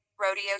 rodeo